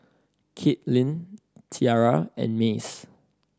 Kaitlin Tiara and Mace